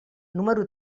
número